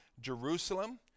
Jerusalem